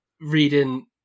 reading